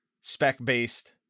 spec-based